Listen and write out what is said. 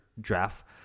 draft